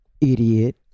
idiot